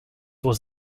was